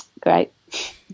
great